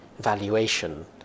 valuation